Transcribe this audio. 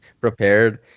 prepared